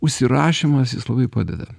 užsirašymas jis labai padeda